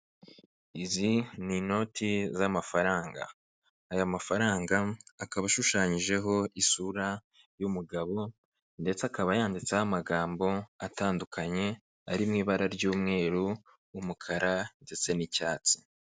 Izi ni inoti z'amafaranga; aya mafaranga akaba ashushanyijeho isura y'umugabo ndetse akaba yanditseho amagambo atandukanye ari mu ibara ry'umweru; w'umukara ndetse n'icyatsi.